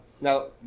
now